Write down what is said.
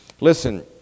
Listen